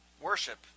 worship